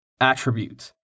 attributes